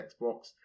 Xbox